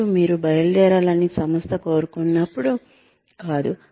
మరియు మీరు బయలుదేరాలని సంస్థ కోరుకున్నప్పుడు కాదు